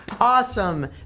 Awesome